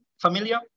familiar